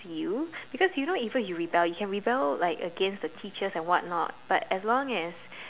you because you know even if you rebel you can rebel like against the teachers and what not but as long as